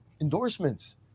endorsements